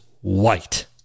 white